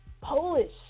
Polish